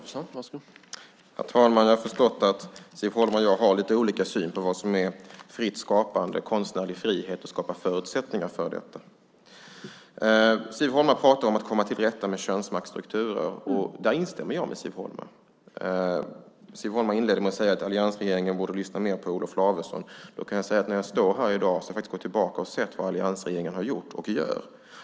Herr talman! Jag har förstått att Siv Holma och jag har lite olika syn på vad som är fritt skapande och konstnärlig frihet och att skapa förutsättningar för detta. Siv Holma pratar om att komma till rätta med könsmaktsstrukturer, och där instämmer jag med henne. Siv Holma inledde med att säga att alliansregeringen borde lyssna mer på Olof Lavesson. Då kan jag säga att jag har gått tillbaka och sett vad alliansregeringen har gjort och gör.